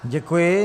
Děkuji.